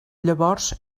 llavors